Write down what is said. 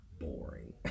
boring